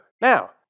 Now